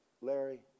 Larry